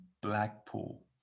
Blackpool